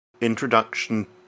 introduction